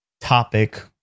topic